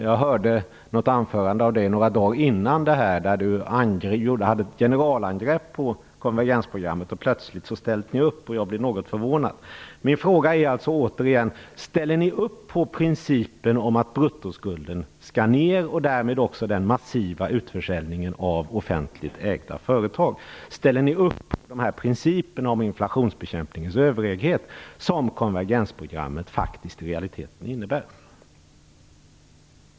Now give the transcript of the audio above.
Jag hörde ett anförande av Birger Schlaug några dagar innan programmet presenterades, ett anförande där han gjorde ett generalangrepp på konvergensprogrammet. Jag blev därför något förvånad när Miljöpartiet sedan plötsligt ställde upp på programmet. Min fråga är återigen: Ställer ni upp på principen om att bruttoskulden skall minska och därmed också på den massiva utförsäljningen av offentligt ägda företag? Ställer ni upp på de principer om inflationsbekämpningens överhöghet som konvergensprogrammet faktiskt i realiteten innebär?